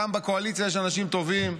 גם בקואליציה יש אנשים טובים,